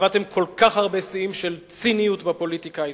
קבעתם כל כך הרבה שיאים של ציניות בפוליטיקה הישראלית,